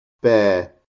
bear